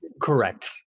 Correct